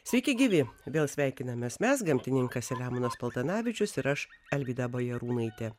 sveiki gyvi vėl sveikinamės mes gamtininkas selemonas paltanavičius ir aš alvyda bajarūnaitė